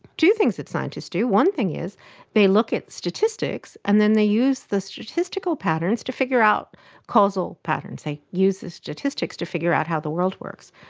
two things that scientists do, one thing is they look at statistics and then they use the statistical patterns to figure out causal patterns. they use the statistics to figure out how the world works.